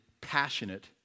passionate